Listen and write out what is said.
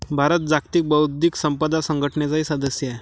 भारत जागतिक बौद्धिक संपदा संघटनेचाही सदस्य आहे